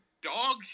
dog